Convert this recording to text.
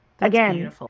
again